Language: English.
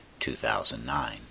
2009